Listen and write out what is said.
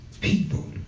people